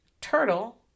turtle